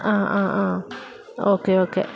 ആ ആ ആ ഓക്കെ ഓക്കെ